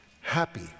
happy